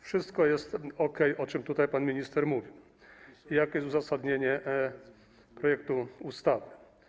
Wszystko jest okej, o czym tutaj pan minister mówił, kiedy wspomniał, jakie jest uzasadnienie projektu ustawy.